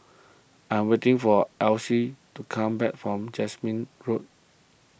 I am waiting for Alyse to come back from Jasmine Road